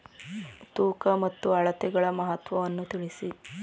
ತೂಕ ಮತ್ತು ಅಳತೆಗಳ ಮಹತ್ವವನ್ನು ತಿಳಿಸಿ?